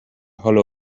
hollow